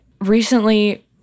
recently